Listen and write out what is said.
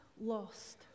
lost